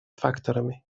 факторами